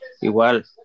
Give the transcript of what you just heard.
Igual